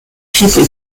cheaply